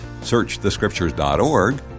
searchthescriptures.org